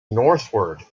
northward